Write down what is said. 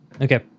okay